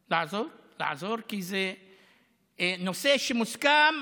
לעזור, לעזור, כי זה נושא שמוסכם